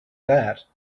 that